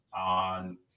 on